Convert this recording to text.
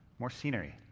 more scenery,